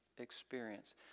experience